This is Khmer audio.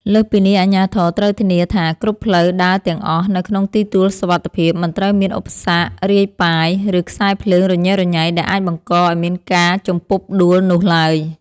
លើសពីនេះ អាជ្ញាធរត្រូវធានាថាគ្រប់ផ្លូវដើរទាំងអស់នៅក្នុងទីទួលសុវត្ថិភាព មិនត្រូវមានឧបសគ្គរាយប៉ាយ ឬខ្សែភ្លើងរញ៉េរញ៉ៃដែលអាចបង្កឱ្យមានការជំពប់ដួលនោះឡើយ។